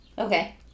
Okay